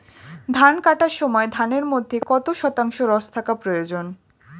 ধান কাটার সময় ধানের মধ্যে কত শতাংশ রস থাকা প্রয়োজন?